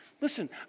Listen